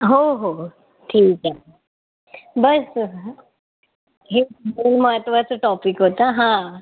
हो हो ठीक आहे बस हा हे महत्त्वाचा टॉपिक होता हा